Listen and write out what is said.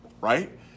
right